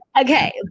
Okay